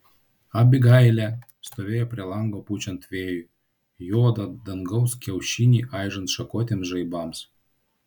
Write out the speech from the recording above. abigailė stovėjo prie lango pučiant vėjui juodą dangaus kiaušinį aižant šakotiems žaibams